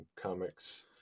comics